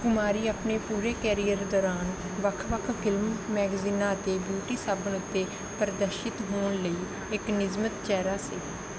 ਕੁਮਾਰੀ ਆਪਣੇ ਪੂਰੇ ਕੈਰੀਅਰ ਦੌਰਾਨ ਵੱਖ ਵੱਖ ਫ਼ਿਲਮ ਮੈਗਜ਼ੀਨਾਂ ਅਤੇ ਬਿਊਟੀ ਸਾਬਣ ਉੱਤੇ ਪ੍ਰਦਰਸ਼ਿਤ ਹੋਣ ਲਈ ਇੱਕ ਨਿਯਮਿਤ ਚਿਹਰਾ ਸੀ